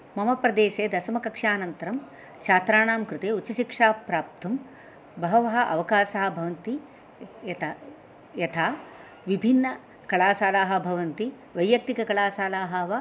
मम प्रदेशे दशमकक्षानन्तरं छात्राणां कृते उच्चशिक्षां प्राप्तुं बहवः अवकाशाः भवन्ति यथा यथा विभिन्नकलाशालाः भवन्ति वैयक्तिककलाशालाः वा